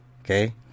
okay